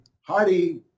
Hardy